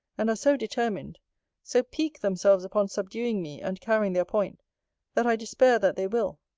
and are so determined so pique themselves upon subduing me, and carrying their point that i despair that they will.